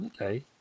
Okay